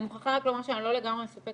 אני מוכרחה רק לומר שאני לא לגמרי מסופקת